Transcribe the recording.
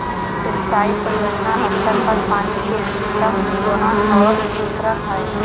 सिंचाई परियोजना स्तर पर पानी के कृत्रिम दोहन और वितरण हइ